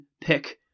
pick